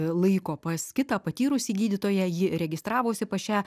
laiko pas kitą patyrusį gydytoją ji registravosi pas šią